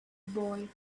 boy